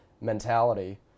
mentality